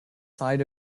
side